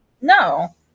No